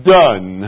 done